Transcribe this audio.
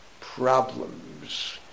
problems